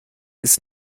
ist